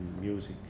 music